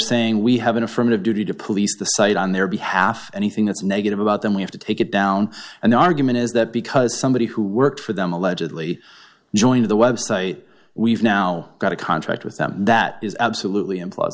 saying we have an affirmative duty to police the site on their behalf anything that's negative about them we have to take it down and the argument is that because somebody who worked for them allegedly joined the website we've now got a contract with them that is absolutely